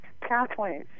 pathways